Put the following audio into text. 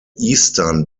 eastern